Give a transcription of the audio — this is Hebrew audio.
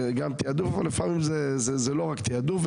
גם תיעדוף, אבל לפעמים זה לא רק תיעדוף.